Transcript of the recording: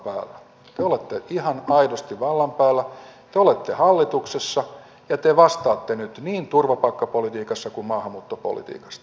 te olette ihan aidosti vallan päällä te olette hallituksessa ja te vastaatte nyt niin turvapaikkapolitiikasta kuin maahanmuuttopolitiikasta